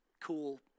cool